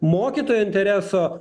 mokytojo intereso